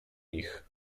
ich